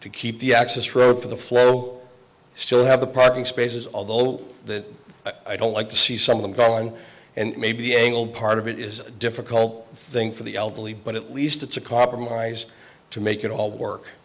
to keep the access road for the flow still have a parking spaces although that i don't like to see some of them gone and maybe a little part of it is difficult thing for the elderly but at least it's a compromise to make it all work